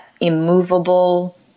immovable